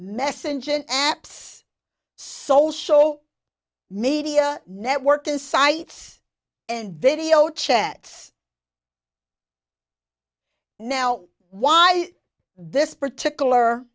messenger apps social media networking sites and video chat now why this particular